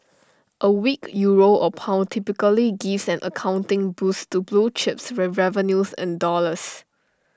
A weak euro or pound typically give an accounting boost to blue chips with revenues in dollars